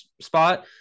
spot